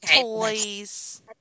toys